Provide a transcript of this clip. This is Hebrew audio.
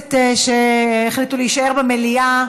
הכנסת שהחליטו להישאר במליאה,